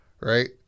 Right